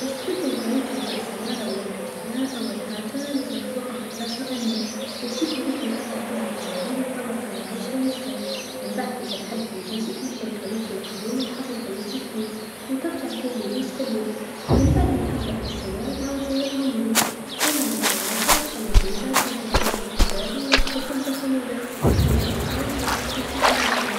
باش تبدل كاويتشو نتاع السيارا و لا العجله، أول حاجه لازم توقف في بلاصه آمنه، تجيب هاذيك لترفع بيها الطوموبيل و طلع الطوموبيل شوي شوي، منبعد تبدا تحل في البراغي و تنحي الكاويتشو القديم و تحط الكاويتشو الجديد، و ترجع دير البارغي باليد منبعد ما تهبط بالسيارا تعاود تزيرهم مليح، أما للدراجه تحل الروتا تنحي هذاك الإطار و تبدل داخليه تنفخها و ترجع كل شي كيما كان.